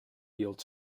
yield